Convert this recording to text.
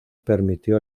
permitió